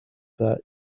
that